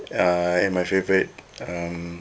uh and my favourite um